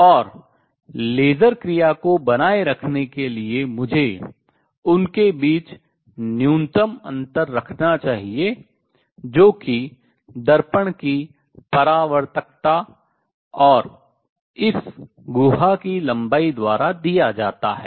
और लेसर क्रिया को बनाए रखने के लिए मुझे उनके बीच न्यूनतम अंतर रखना चाहिए जो कि दर्पण की परावर्तकत्ता और इस गुहा की लंबाई द्वारा दिया जाता है